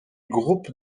groupes